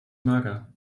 mager